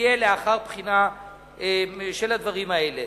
תהיה לאחר בחינה של הדברים האלה.